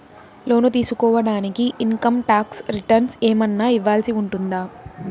లోను తీసుకోడానికి income tax returns ఏమన్నా ఇవ్వాల్సి ఉంటుందా